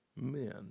men